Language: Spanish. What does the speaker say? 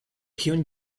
hyun